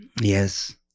Yes